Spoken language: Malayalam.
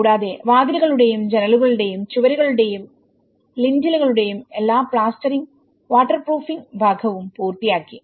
കൂടാതെ വാതിലുകളുടെയും ജനലുകളുടെയും ചുവരുകളുടെയും ലിന്റെലുകളുടെ എല്ലാം പ്ലാസ്റ്ററിംഗും വാട്ടർപ്രൂഫിംഗ് ഭാഗവും പൂർത്തിയാക്കി